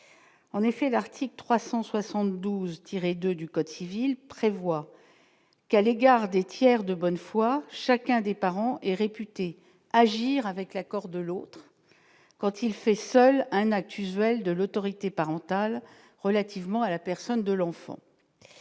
en effet l'article 372 tiré 2 du Code civil prévoit qu'à l'égard des tiers de bonne foi, chacun des parents et réputé agir avec l'accord de l'autre, quand il fait, seul un acte usuel de l'autorité parentale, relativement à la personne de l'enfant,